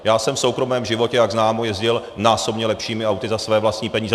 Já jsem v soukromém životě, jak známo, jezdil násobně lepšími auty za své vlastní peníze.